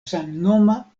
samnoma